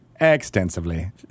extensively